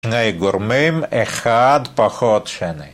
‫שני גורמים אחד פחות שני.